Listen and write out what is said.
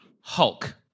Hulk